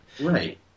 Right